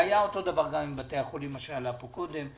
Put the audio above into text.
זה היה אותו דבר עם בתי החולים מה שעלה פה קודם.